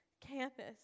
campus